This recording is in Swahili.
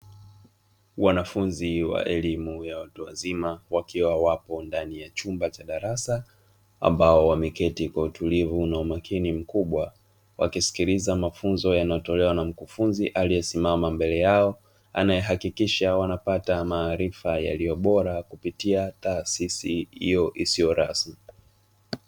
Wanafunzi wa elimu ya watu wazima wakiwa wapo ndani ya chumba cha darasa ambao wameketi kwa utulivu na umakini mkubwa, wakisikiliza mafunzo yanayotolewa na mkufunzi aliyesimama mbele yao, anayehakikisha wanapata maarifa yaliyo bora kupitia taasisi hiyo isio rasmi.